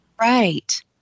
Right